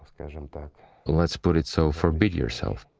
um but let's put it so, forbid yourself.